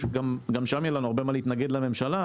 גם שם יהיה לנו הרבה מה להתנגד לממשלה,